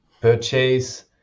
purchase